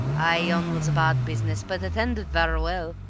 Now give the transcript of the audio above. ay, yon was a bad business, but it ended vera well,